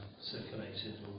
circulated